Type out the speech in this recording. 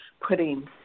putting